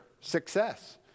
success